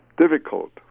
difficult